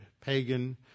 pagan